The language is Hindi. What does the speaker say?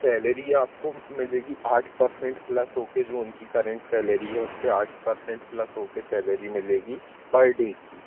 सैलरी आपको मिलेगी आठ परसेंट प्लस होके जो उनकी करेंट सैलरी है उस पे आठ परसेंट प्लस होके सैलरी मिलेगी पर डे की